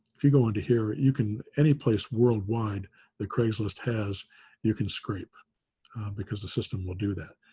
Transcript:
if you go into here, you can anyplace worldwide that craigslist has you can scrape because the system will do that.